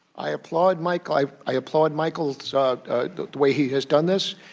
i applaud mike. i i applaud michael's ah ah the way he has done this.